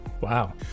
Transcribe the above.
Wow